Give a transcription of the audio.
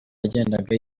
yagendaga